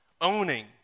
owning